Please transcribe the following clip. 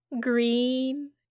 green